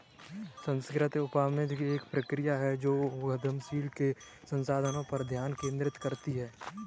सांस्कृतिक उद्यमिता एक प्रक्रिया है जो उद्यमशीलता के संसाधनों पर ध्यान केंद्रित करती है